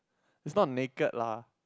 it's not naked lah